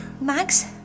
Max